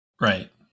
right